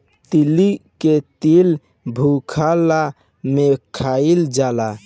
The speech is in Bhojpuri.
तीली के तेल भुखला में खाइल जाला